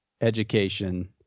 education